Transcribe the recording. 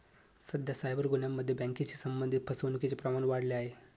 सध्या सायबर गुन्ह्यांमध्ये बँकेशी संबंधित फसवणुकीचे प्रमाण वाढले आहे